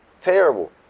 Terrible